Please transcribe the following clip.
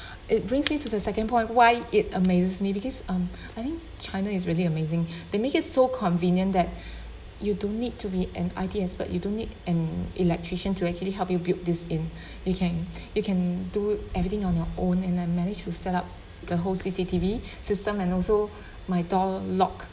it brings me to the second point why it amazes me because um I think china is really amazing they make it so convenient that you don't need to be an I_T expert you don't need an electrician to actually help you build this in you can you can do everything on your own and I managed to set up the whole C_C_T_V system and also my door lock